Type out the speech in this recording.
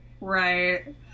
Right